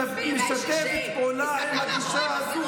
תסתתר מאחורי החסינות